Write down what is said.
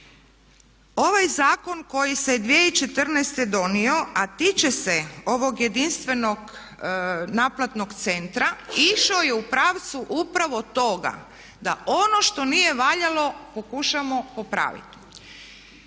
Ovaj zakon koji se 2014. donio a tiče se ovog jedinstvenog naplatnog centra išao je u pravcu upravo toga da ono što nije valjalo pokušamo popraviti.